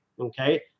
Okay